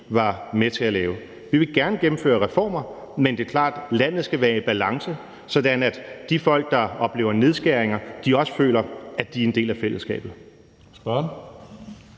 var med til at lave. Vi vil gerne gennemføre reformer, men det er klart, at landet skal være i balance, sådan at de folk, der oplever nedskæringer, også føler, at de er en del af fællesskabet.